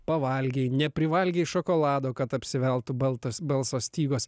pavalgei neprivalgei šokolado kad apsiveltų baltas balso stygos